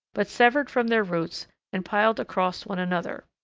but severed from their roots and piled across one another.